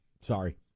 Sorry